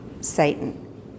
Satan